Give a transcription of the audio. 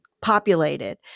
populated